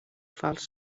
fals